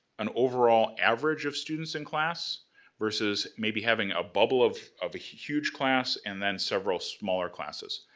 an overall average of students in class versus maybe having a bubble of of huge class and then several smaller classes.